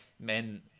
men